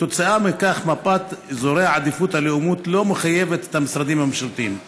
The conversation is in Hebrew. כתוצאה מכך מפת אזורי העדיפות הלאומית לא מחייבת את המשרדים הממשלתיים.